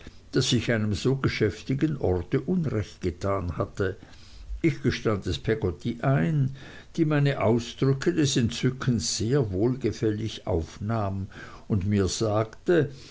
daß ich einem so geschäftigen orte unrecht getan hatte ich gestand es peggotty ein die meine ausdrücke des entzückens sehr wohlgefällig aufnahm und mir sagte